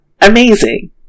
amazing